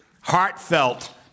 heartfelt